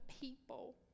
people